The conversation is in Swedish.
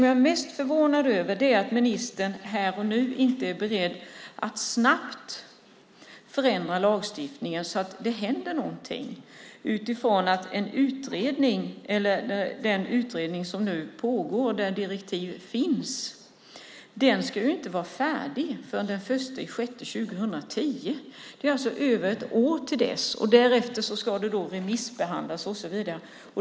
Jag är mest förvånad över att ministern inte här och nu är beredd att snabbt förändra lagstiftningen så att det händer någonting. Den utredning som nu pågår, och där direktiv finns, ska inte vara färdig förrän den 1 juni 2010. Det är alltså över ett år till dess. Därefter ska det remissbehandlas och så vidare.